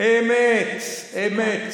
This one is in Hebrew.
אמת, אמת.